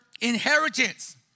inheritance